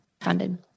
funded